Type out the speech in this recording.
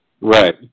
Right